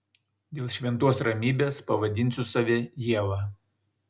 dėl šventos ramybės pavadinsiu save ieva